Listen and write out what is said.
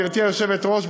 גברתי היושבת-ראש,